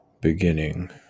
beginning